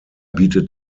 bietet